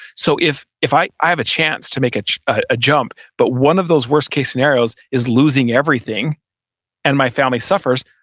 so if if i i have a chance to make a jump, but one of those worst case scenarios is losing everything and my family suffers,